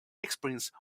experience